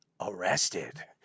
arrested